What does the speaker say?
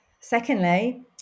Secondly